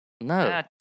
No